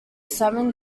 salmon